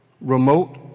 remote